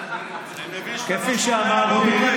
אני מבין שאתה לא שומע, לא רואה.